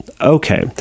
Okay